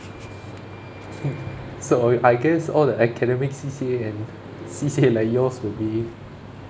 so I guess all the academic C_C_A and C_C_A like yours would be